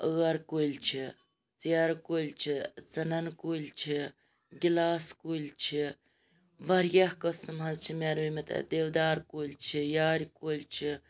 ٲر کُلۍ چھِ ژیرٕ کُلۍ چھِ ژٕنَن کُلۍ چھِ گِلاس کُلۍ چھِ واریاہ قٕسٕم حظ چھِ مےٚ روٗومٕتۍ اَتہِ دٕودار کُلۍ چھِ یارِ کُلۍ چھِ